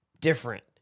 different